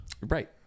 right